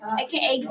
aka